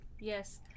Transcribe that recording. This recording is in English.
Yes